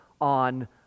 on